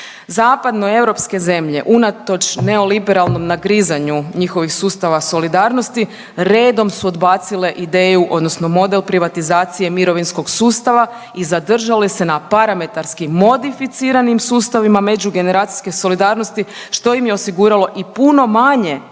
Zapadnoeuropske zemlje unatoč neoliberalnom nagrizanju njihovih sustava solidarnosti redom su odbacile ideju odnosno model privatizacije mirovinskog sustava i zadržali se na parametarskim modificiranim sustavima međugeneracijske solidarnosti, što im je osiguralo i puno manje